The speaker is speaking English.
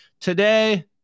today